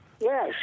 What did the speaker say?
yes